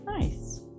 Nice